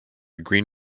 green